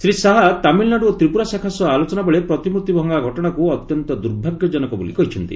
ଶ୍ରୀ ଶାହା ତାମିଲ୍ନାଡୁ ଓ ତ୍ରିପୁରା ଶାଖା ସହ ଆଲୋଚନାବେଳେ ପ୍ରତିମୂର୍ତ୍ତି ଭଙ୍ଗା ଘଟଣାକୁ ଅତ୍ୟନ୍ତ ଦୁର୍ଭାଗ୍ୟଜନକ ବୋଲି କହିଛନ୍ତି